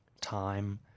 time